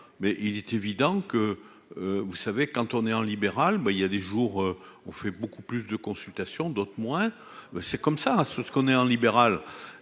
mais il est évident que, vous savez quand on est en libéral, moi il y a des jours, on fait beaucoup plus de consultations, d'autres moins, c'est comme ça, hein, ce ce qu'on est un libéral,